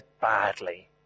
badly